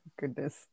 Goodness